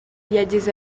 yagize